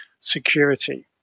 security